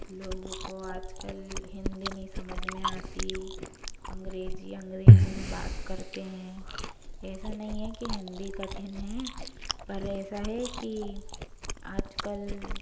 लोगों को आज कल हिंदी नहीं समझ में आती अंग्रेज़ी अंग्रेज़ी में बात करते हैं ऐसा नहीं है कि हिंदी कठिन है पर ऐसा है कि आज कल